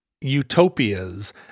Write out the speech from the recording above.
utopias